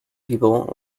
people